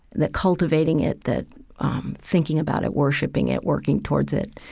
that cultivating it, that um thinking about it, worshipping it, working towards it,